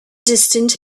distant